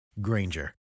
granger